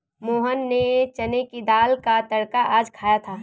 मोहन ने चने की दाल का तड़का आज खाया था